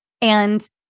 And-